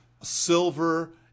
silver